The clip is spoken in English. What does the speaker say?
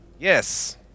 Yes